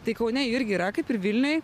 tai kaune irgi yra kaip ir vilniuj